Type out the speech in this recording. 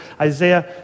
Isaiah